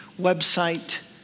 website